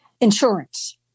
Insurance